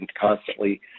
constantly